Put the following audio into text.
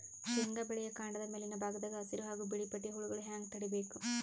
ಶೇಂಗಾ ಬೆಳೆಯ ಕಾಂಡದ ಮ್ಯಾಲಿನ ಭಾಗದಾಗ ಹಸಿರು ಹಾಗೂ ಬಿಳಿಪಟ್ಟಿಯ ಹುಳುಗಳು ಹ್ಯಾಂಗ್ ತಡೀಬೇಕು?